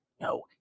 No